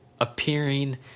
appearing